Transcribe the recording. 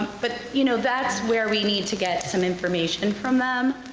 but, you know, that's where we need to get some information from them.